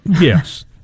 yes